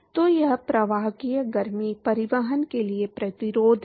तो यह प्रवाहकीय गर्मी परिवहन के लिए प्रतिरोध है